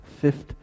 Fifth